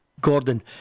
Gordon